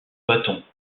bâtons